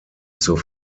zur